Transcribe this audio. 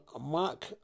Mark